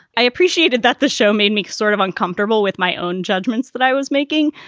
i appreciated that. the show made me sort of uncomfortable with my own judgments that i was making.